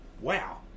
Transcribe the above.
wow